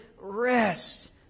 rest